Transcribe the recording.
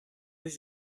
les